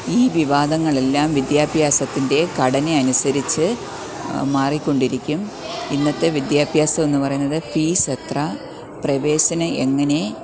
ഈ വിവാദങ്ങളെല്ലാം വിദ്യാഭ്യാസത്തിൻറ്റെ ഘടനയനുസരിച്ച് മാറിക്കൊണ്ടിരിക്കും ഇന്നത്തെ വിദ്യാഭ്യാസമെന്നു പറയുന്നത് ഫീസെത്ര പ്രവേശമെങ്ങനെ